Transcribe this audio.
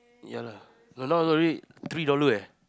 ya lah no now not really three dollar eh